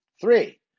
Three